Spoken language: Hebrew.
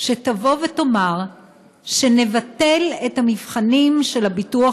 שתבוא ותאמר שנבטל את המבחנים של הביטוח